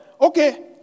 okay